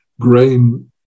grain